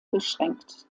beschränkt